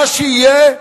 מה שיהיה כנראה,